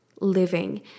living